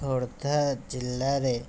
ଖୋର୍ଦ୍ଧା ଜିଲ୍ଲାରେ